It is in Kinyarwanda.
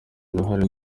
uruhare